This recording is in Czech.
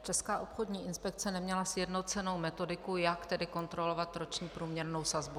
Česká obchodní inspekce neměla sjednocenou metodiku, jak tedy kontrolovat roční průměrnou sazbu nákladů.